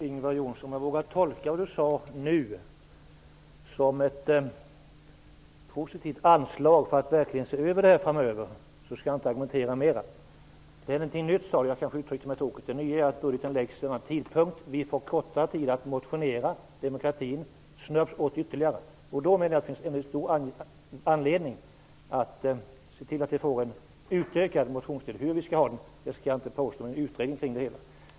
Fru talman! Om jag vågar tolka vad Ingvar Johnsson sade nu som ett positivt anslag för att verkligen se över detta framöver skall jag inte argumentera mera. Det är någonting nytt, sade Ingvar Johnsson. Jag kanske uttryckte mig tokigt. Det nya är att budgeten läggs fram vid denna tidpunkt. Vi får kortare tid att motionera. Demokratin snörps åt ytterligare, och då menar jag att det finns anledning att se till att vi får en utökad motionstid. Hur vi skall ha den skall jag inte gå in på, men det behövs en utredning i frågan.